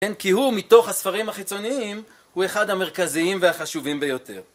כי הוא מתוך הספרים החיצוניים הוא אחד המרכזיים והחשובים ביותר.